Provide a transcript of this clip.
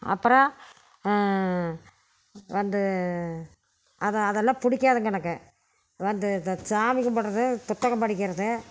அப்பறம் வந்து அதுதான் அதெல்லாம் பிடிக்காதுங்க எனக்கு வந்து இதை சாமி கும்பிட்றது புத்தகம் படிக்கிறது